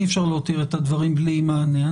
אי אפשר להותיר את הדברים בלי מענה.